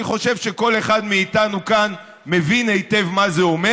אני חושב שכל אחד מאיתנו כאן מבין היטב מה זה אומר.